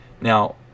now